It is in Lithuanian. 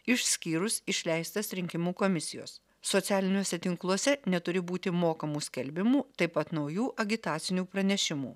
išskyrus išleistas rinkimų komisijos socialiniuose tinkluose neturi būti mokamų skelbimų taip pat naujų agitacinių pranešimų